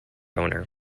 owner